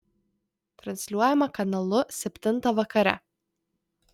transliuojama kanalu septintą vakare